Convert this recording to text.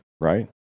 right